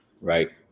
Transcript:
Right